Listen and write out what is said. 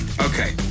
Okay